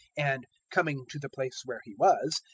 and, coming to the place where he was,